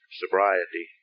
sobriety